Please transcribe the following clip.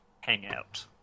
hangout